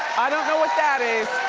i don't know what that is.